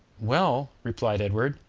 well, replied edward,